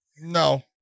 No